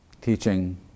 teaching